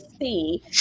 see